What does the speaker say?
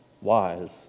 wise